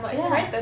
ya